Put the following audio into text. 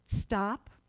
Stop